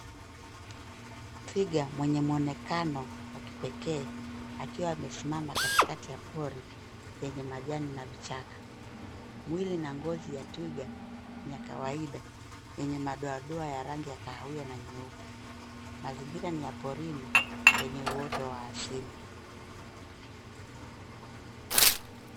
Twiga mwenye mwonekano wa kipekee akiwa amesimama katikati ya pori yenye majani na vichaka ,mwili na ngozi ya twiga ya kawaida yenye madoadoa ya rangi ya kahawia na nyeupe mazingira ni ya porini yenye uoto wa asili.